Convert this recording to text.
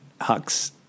Hux